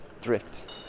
drift